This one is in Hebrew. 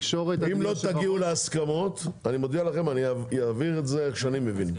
ואם לא תגיעו להסכמות אני מודיע לכם שאני אעביר את זה איך שאני מבין.